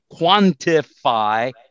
quantify